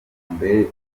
mbere